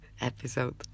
episode